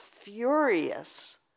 furious